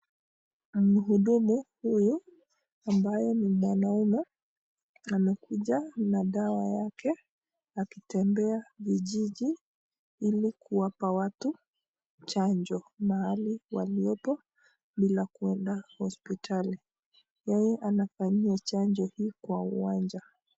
Mhudumu huyu ambaye ni mwanamme amekuja na dawa yake akitembea vijiji ili kuwapa watu chanjo, mahali waliopo bila kuenda hospitali. Yeye anafanyia chanjo hii kwa uwanja.